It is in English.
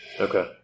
Okay